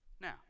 now